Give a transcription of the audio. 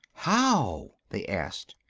how? they asked.